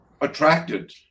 attracted